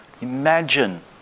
imagine